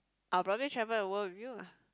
I'll probably travel world with you lah